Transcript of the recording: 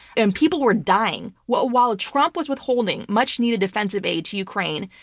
and people were dying. while while trump was withholding much needed defensive aid to ukraine,